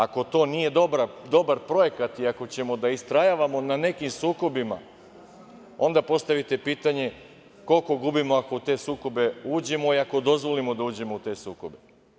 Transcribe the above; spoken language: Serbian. Ako to nije dobar projekat i ako ćemo da istrajavamo na nekim sukobima, onda postavite pitanje – koliko gubimo ako u te sukobe uđemo i ako dozvolimo da uđemo u te sukobe?